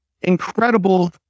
incredible